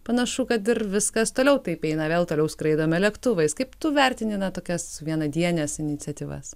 panašu kad ir viskas toliau taip eina vėl toliau skraidome lėktuvais kaip tu vertini na tokias vienadienes iniciatyvas